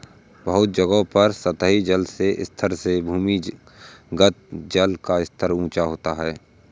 बहुत जगहों पर सतही जल के स्तर से भूमिगत जल का स्तर ऊँचा होता है